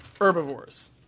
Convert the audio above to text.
herbivores